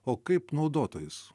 o kaip naudotojus